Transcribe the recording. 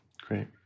Great